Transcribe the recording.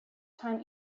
time